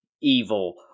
evil